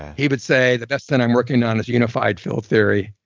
he would say the best that i'm working on is unified field theory,